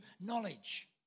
knowledge